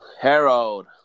Harold